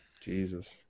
Jesus